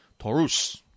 Torus